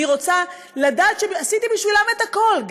אני רוצה לדעת שעשיתי בשבילם את הכול,